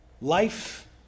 Life